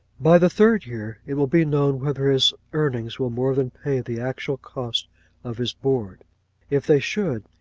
by the third year it will be known whether his earnings will more than pay the actual cost of his board if they should,